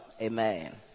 Amen